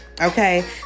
okay